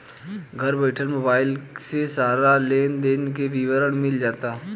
घर बइठल मोबाइल से सारा लेन देन के विवरण मिल जाता